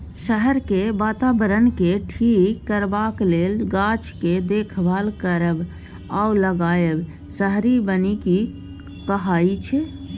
शहरक बाताबरणकेँ ठीक करबाक लेल गाछ केर देखभाल करब आ लगाएब शहरी बनिकी कहाइ छै